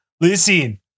Listen